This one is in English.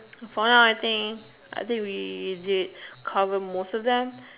for us I think I think we is it cover most of them